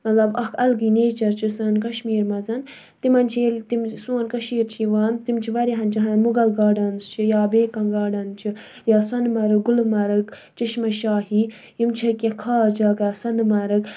مطلب اَکھ الگٕے نیچَر چھُ سانہِ کَشمیٖر مَنز تِمَن چھُ ییٚلہِ تِم سون کٔشیٖر چھِ یِوان تِم چھِ واریاہَن جایَن مُغل گاڑٕنز چھِ یا بیٚیہِ کانٛہہ گاڑٕنۍ چھِ یا سۄنہٕ مَرگ گُلمَرگ چشمہ شاہی یِم چھِ کیٚنٛہہ خاص جگہ سۄنہٕ مَرگ